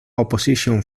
opposition